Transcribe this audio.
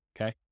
Okay